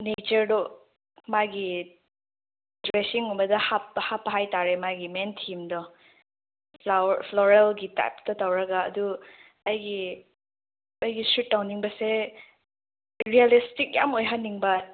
ꯅꯦꯆꯔꯗꯣ ꯃꯥꯒꯤ ꯗ꯭ꯔꯦꯁꯁꯤꯡꯒꯨꯝꯕꯗ ꯍꯥꯞꯄ ꯍꯥꯏꯇꯥꯔꯦ ꯃꯥꯒꯤ ꯃꯦꯟ ꯊꯤꯝꯗꯣ ꯐ꯭ꯂꯣꯔꯦꯜꯒꯤ ꯇꯥꯏꯞꯇ ꯇꯧꯔꯒ ꯑꯗꯨ ꯑꯩꯒꯤ ꯑꯩꯒꯤ ꯁꯨꯠ ꯇꯧꯅꯤꯡꯕꯁꯦ ꯔꯤꯌꯦꯜꯂꯤꯁꯇꯤꯛ ꯌꯥꯝ ꯑꯣꯏꯍꯟꯅꯤꯡꯕ